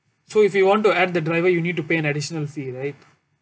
so if you want to add the driver you need to pay an additional fee right